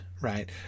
right